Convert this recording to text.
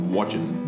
Watching